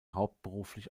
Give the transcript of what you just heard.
hauptberuflich